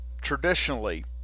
traditionally